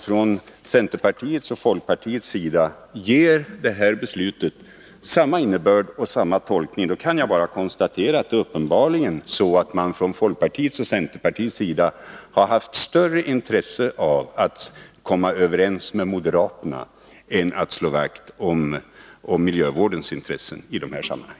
Om centerpartiet och folkpartiet ger detta beslut samma innebörd och tolkning, kan jag bara konstatera att folkpartiet och centerpartiet uppenbarligen har haft större intresse av att komma överens med moderaterna än att slå vakt om miljövårdens intressen i dessa sammanhang.